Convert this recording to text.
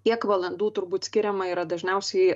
kiek valandų turbūt skiriama yra dažniausiai